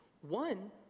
One